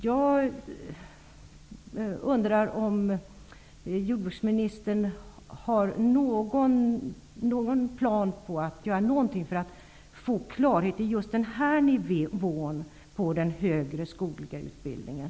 Har jordbruksministern någon plan på att göra någonting för att man skall få klarhet i just den här nivån av den högre skogliga utbildningen?